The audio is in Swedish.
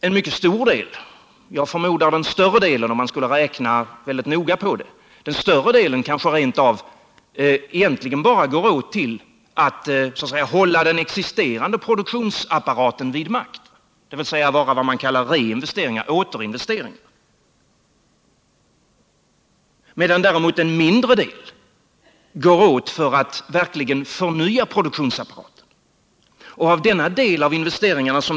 En mycket stor del — jag förmodar den större delen, om man skulle räkna noga på det — kanske egentligen bara går åt till att hålla den existerande produktionsapparaten vid makt. Det är vad man kallar reinvesteringar, återinvesteringar. En mindre del används till att verkligen förnya produktionsapparaten.